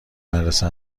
مدرسه